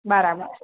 બરાબર